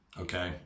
okay